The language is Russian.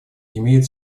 имеют